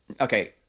okay